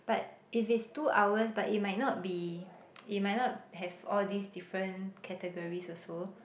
but if it's two hours but it might not be it might not have all these different categories also